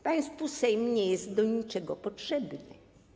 Państwu Sejm nie jest do niczego potrzebny.